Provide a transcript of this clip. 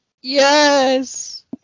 Yes